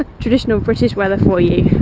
traditional british weather for you!